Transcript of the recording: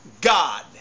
God